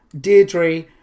Deirdre